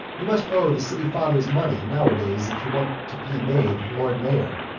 you must owe the city fathers money nowadays if you want to be made lord mayor.